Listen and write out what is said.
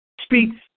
speaks